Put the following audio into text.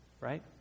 right